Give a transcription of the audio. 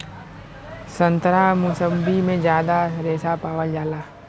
संतरा मुसब्बी में जादा रेशा पावल जाला